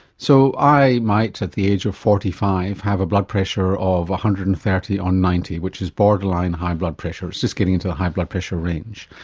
so i might, at the age of forty five, have a blood pressure of one hundred and thirty on ninety, which is borderline high blood pressure, it's just getting into the high blood pressure range.